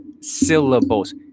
syllables